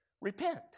Repent